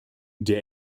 der